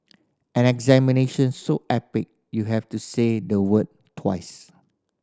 an examination so epic you have to say the word twice